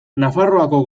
nafarroako